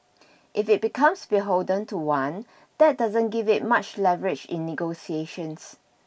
if it becomes beholden to one that doesn't give it much leverage in negotiations